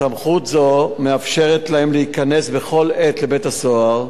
סמכות זו מאפשרת להם להיכנס בכל עת לבית-הסוהר,